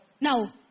Now